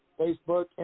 Facebook